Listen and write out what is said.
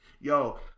Yo